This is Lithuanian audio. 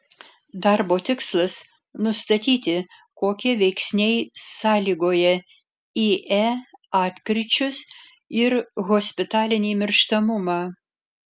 darbo tikslas nustatyti kokie veiksniai sąlygoja ie atkryčius ir hospitalinį mirštamumą